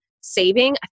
saving